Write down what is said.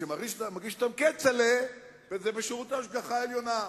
וכשמגיש אותם כצל'ה, זה בשירות ההשגחה העליונה.